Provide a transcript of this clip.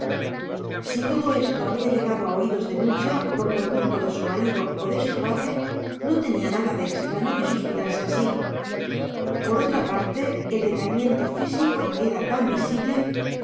si todo esto había llegado a oídos de nucha por conducto de su marido o de su padre no tenía nada de extraño que suspirase así por otra parte el decaimiento físico era tan visible